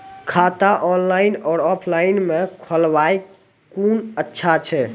खाता ऑनलाइन और ऑफलाइन म खोलवाय कुन अच्छा छै?